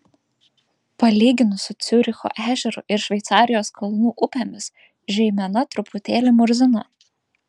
palyginus su ciuricho ežeru ir šveicarijos kalnų upėmis žeimena truputėlį murzina